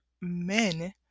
men